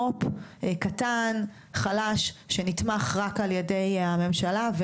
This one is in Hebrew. מו"פ קטן וחלש שנתמך רק על ידי הממשלה,